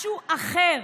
משהו אחר?